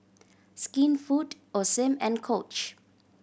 Skinfood Osim and Coach